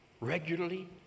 regularly